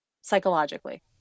psychologically